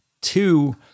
two